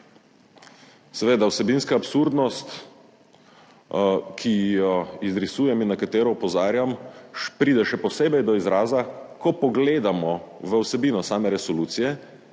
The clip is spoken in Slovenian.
Seveda vsebinska absurdnost, ki jo izrisujem in na katero opozarjam, pride še posebej do izraza, ko pogledamo v vsebino same resolucije